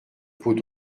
pot